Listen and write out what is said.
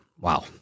wow